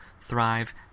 thrive